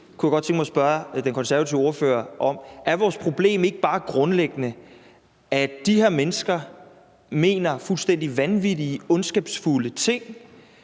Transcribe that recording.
Jeg kunne godt tænke mig at spørge den konservative ordfører om, om vores problem ikke bare grundlæggende er, at de her mennesker mener fuldstændig vanvittige, ondskabsfulde ting,